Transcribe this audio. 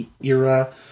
era